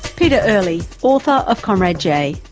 pete early, author of comrade j.